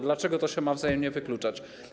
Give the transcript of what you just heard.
Dlaczego to się ma wzajemnie wykluczać?